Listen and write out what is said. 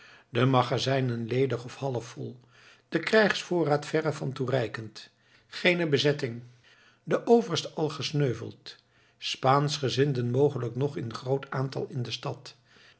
de magazijnen ledig of half vol de krijgsvoorraad verre van toereikend geene bezetting de overste al gesneuveld spaanschgezinden mogelijk nog in groot aantal in de stad